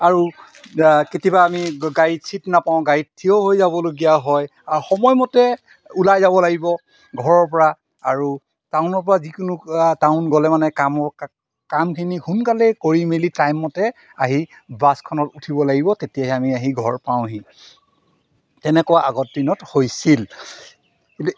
আৰু কেতিয়াবা আমি গাড়ীত ছিট নাপাওঁ গাড়ীত থিয় হৈ যাবলগীয়া হয় আৰু সময়মতে ওলাই যাব লাগিব ঘৰৰপৰা আৰু টাউনৰপৰা যিকোনো টাউন গ'লে মানে কামৰ কামখিনি সোনকালেই কৰি মেলি টাইম মতে আহি বাছখনত উঠিব লাগিব তেতিয়াহে আমি আহি ঘৰ পাওঁহি তেনেকুৱা আগত দিনত হৈছিল কিন্তু